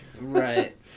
Right